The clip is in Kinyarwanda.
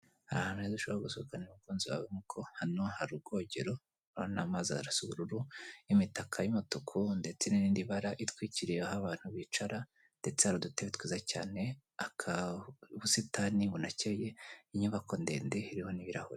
Hari ahantu heza ushobora gusohokana n'umukunzi wawe, hano hari ubwogero, urubona amazi arasa ubururu, imitaka y'umutuku, ndetse n'irindi bara itwikiriye aho abantu bicara, ndetse hari udutebe twiza cyane, ubusitani bunakeye inyubako ndende iriho n'ibirahuri.